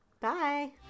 bye